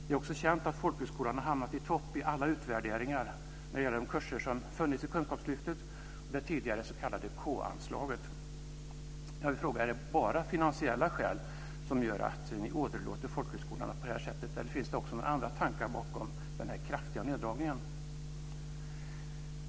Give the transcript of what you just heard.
Det är också känt att folkhögskolan har hamnat i topp i alla utvärderingar när det gäller de kurser som funnits inom Kunskapslyftet och det tidigare s.k. K-anslaget. Är det bara finansiella skäl som gör att ni åderlåter folkhögskolorna på detta sätt, eller finns det också några andra tankar bakom den här kraftiga neddragningen?